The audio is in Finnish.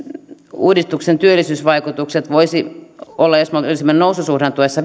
uudistuksen työllisyysvaikutukset voisivat olla jos me olisimme noususuhdanteessa